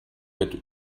mit